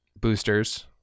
boosters